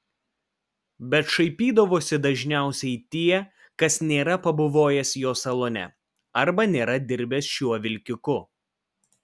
bet šaipydavosi dažniausiai tie kas nėra pabuvojęs jo salone arba nėra dirbęs šiuo vilkiku